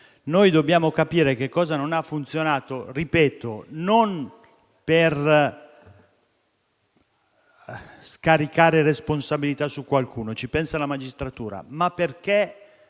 noi dobbiamo capire che cosa non ha funzionato, ripeto, non per attribuire le responsabilità a qualcuno - a questo ci pensa la magistratura - ma perché